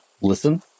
Listen